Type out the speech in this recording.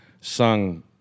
sung